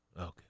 Okay